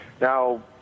Now